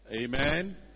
Amen